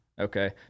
Okay